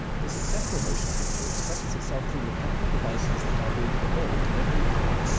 the successful motion picture expresses itself through mechanical devices that are being evolved every hour.